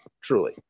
truly